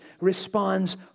responds